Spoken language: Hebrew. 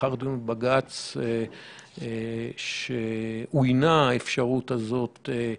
לאחר דיון בבג"ץ שבו אוינה האפשרות הזאת,